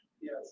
Yes